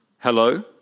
Hello